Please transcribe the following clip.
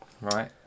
Right